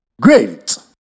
Great